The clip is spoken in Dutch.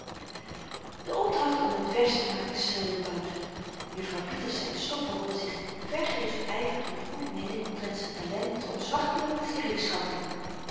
de opdracht om n vers te maken streelde wouter jufvrouw pieterse en stoffel hadden zich vergeefs beyverd hun goede meening omtrent zyn talent te omzwachtelen met